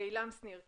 לעילם שניר,